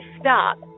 stop